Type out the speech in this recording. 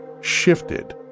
Shifted